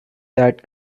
that